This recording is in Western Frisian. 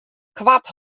koart